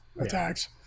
attacks